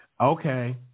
Okay